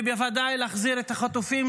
ובוודאי להחזיר את החטופים,